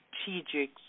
strategic